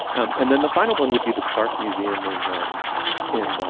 um and then the final one would be the clark museum in um in.